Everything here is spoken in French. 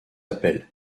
appelle